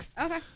Okay